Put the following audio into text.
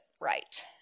right